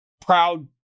proud